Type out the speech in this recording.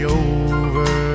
over